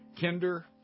Kinder